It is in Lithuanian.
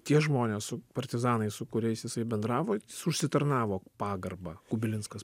tie žmonės su partizanais su kuriais jisai bendravo jis užsitarnavo pagarbą kubilinskas